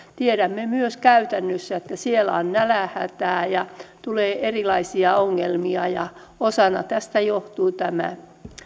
tiedämme myös käytännössä että siellä on nälänhätää ja tulee erilaisia ongelmia ja osaksi tästä johtuu tämä